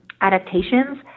adaptations